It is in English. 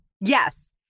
Yes